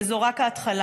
וזו רק ההתחלה.